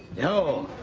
no,